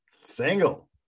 single